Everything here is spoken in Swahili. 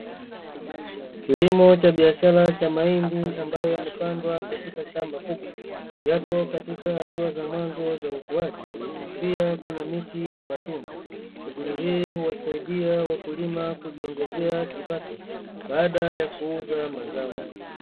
Kilimo cha biashara cha mahindi ambayo yamepandwa katika shamba kubwa, yapo katika hatua za mwanzo za ukuwaji pia kuna miti ya matunda, shughuli hii huwasaidia wakulima kujiongezea kipato baada ya kuuza mazao.